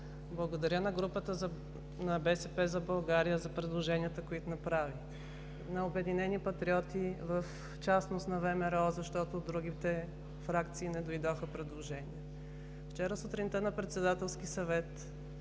Благодаря на групата на „БСП за България“ за предложенията, които направи, на „Обединени патриоти“ – в частност на ВМРО, защото от другите фракции не дойдоха предложения. Вчера сутринта на Председателския съвет